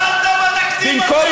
אז למה